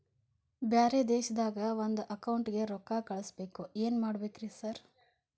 ಬ್ಯಾರೆ ದೇಶದಾಗ ಒಂದ್ ಅಕೌಂಟ್ ಗೆ ರೊಕ್ಕಾ ಕಳ್ಸ್ ಬೇಕು ಏನ್ ಮಾಡ್ಬೇಕ್ರಿ ಸರ್?